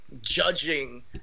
judging